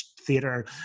theater